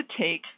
take